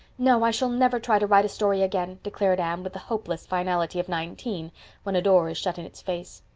no, i shall never try to write a story again, declared anne, with the hopeless finality of nineteen when a door is shut in its face.